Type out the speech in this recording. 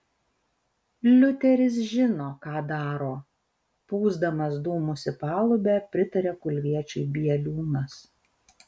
liuteris žino ką daro pūsdamas dūmus į palubę pritarė kulviečiui bieliūnas